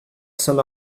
saint